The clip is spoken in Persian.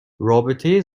رابطه